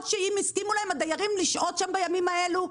שאם יסכימו להם הדיירים לשהות שם בימים האלו?